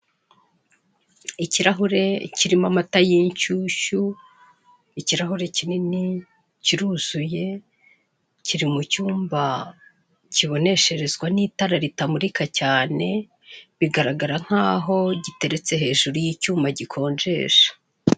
Ikirahure kirimo amata y'inshyushyu ikirahure kinini kiruzuye kiri mu cyumba kibonesherezwa n'itara ritamurika cyane bigaragara nkaho giteretse hejuru y'icyuma gikonjesha.